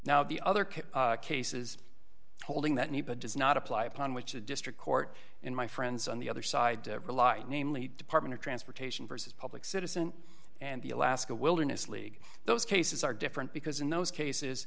now the other cases holding that new but does not apply upon which the district court in my friends on the other side namely department of transportation versus public citizen and the alaska wilderness league those cases are different because in those cases